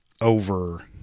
over